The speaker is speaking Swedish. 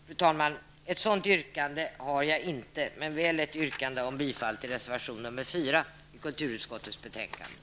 Fru talman! Ett sådant yrkande har jag inte, men väl ett yrkande om bifall till reservation nr 4 i kulturutskottets betänkande.